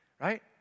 right